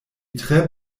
tre